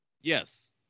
Yes